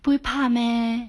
不会怕 meh